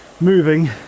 moving